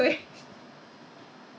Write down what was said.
oh but usually I would